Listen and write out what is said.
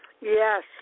Yes